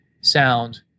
sound